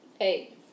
Hey